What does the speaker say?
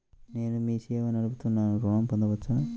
నేను మీ సేవా నడుపుతున్నాను ఋణం పొందవచ్చా?